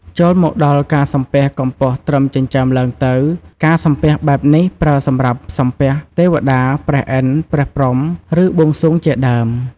ចូលមកដល់ការសំពះកម្ពស់ត្រឹមចិញ្ចើមឡើងទៅ ការសំពះបែបនេះប្រើសម្រាប់សំពះ ទេវតា ព្រះឥន្ទ ព្រះព្រហ្ម ឬបួងសួងជាដើម។